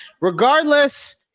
regardless